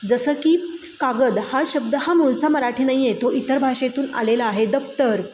जसं की कागद हा शब्द हा मूळचा मराठी नाही आहे तो इतर भाषेतून आलेला आहे दप्तर